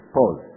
Pause